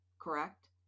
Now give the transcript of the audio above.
Correct